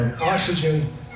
oxygen